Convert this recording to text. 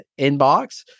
inbox